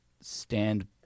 stand